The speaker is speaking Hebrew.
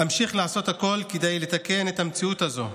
אמשיך לעשות הכול כדי לתקן את המציאות הזו,